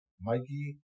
Mikey